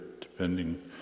depending